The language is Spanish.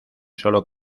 sólo